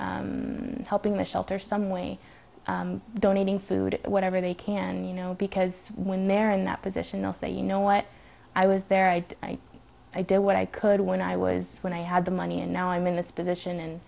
and helping the shelter some way donating food whatever they can you know because when they're in that position they'll say you know what i was there i did what i could when i was when i had the money and now i'm in this position and